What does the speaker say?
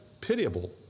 pitiable